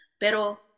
pero